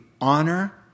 honor